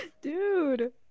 Dude